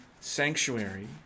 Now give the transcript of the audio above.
sanctuary